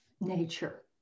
nature